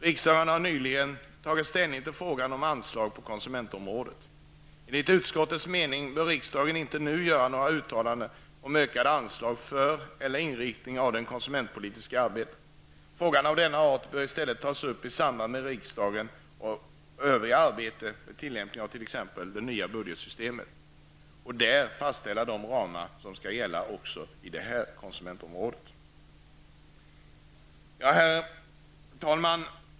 Riksdagen har nyligen tagit ställning till frågor om anslag på konsumentområdet. Enligt utskottets mening bör riksdagen inte nu göra några uttalanden om ökade anslag för eller om inriktningen av det konsumentpolitiska arbetet. Frågor av denna art bör i stället tas upp i samband med att riksdagen -- fastställer de ramar som skall gälla också på konsumentområdet. Herr talman!